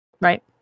right